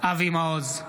אבי מעוז,